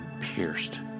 pierced